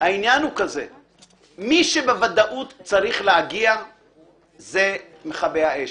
מי שבוודאות צריך להגיע זה מכבי אש.